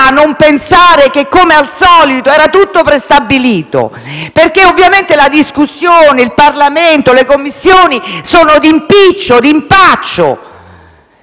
non pensare che come al solito era tutto prestabilito? Ovviamente la discussione, il Parlamento, le Commissioni sono di impiccio e di impaccio.